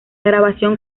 grabación